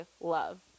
love